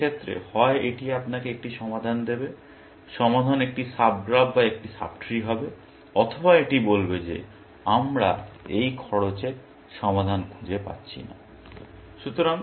সুতরাং সে ক্ষেত্রে হয় এটি আপনাকে একটি সমাধান দেবে সমাধান একটি সাব গ্রাফ বা একটি সাব ট্রি হবে অথবা এটি বলবে যে আমরা এই খরচের সমাধান খুঁজে পাচ্ছি না